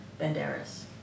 Banderas